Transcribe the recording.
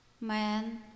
man